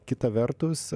kita vertus